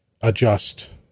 adjust